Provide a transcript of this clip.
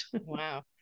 Wow